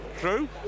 true